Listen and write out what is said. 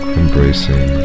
embracing